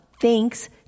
thanks